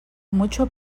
mucho